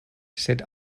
sed